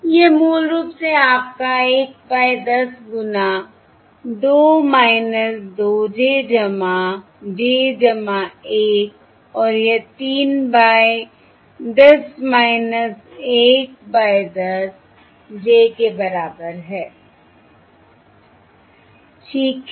यह मूल रूप से आपका 1 बाय 10 गुना 2 2 j j 1 और यह 3 बाय 10 1 बाय 10 j के बराबर है ठीक है